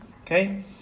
okay